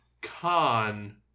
Khan